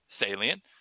salient